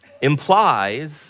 implies